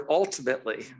ultimately